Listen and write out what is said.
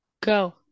Go